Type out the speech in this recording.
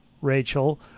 rachel